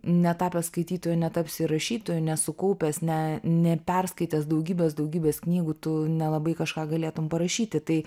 netapęs skaitytoju netapsi rašytoju nesukaupęs ne neperskaitęs daugybės daugybės knygų tu nelabai kažką galėtum parašyti tai